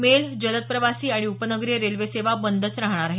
mail जलद प्रवासी आणि उपनगरीय रेल्वे सेवा बंदच राहणार आहेत